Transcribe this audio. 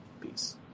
Peace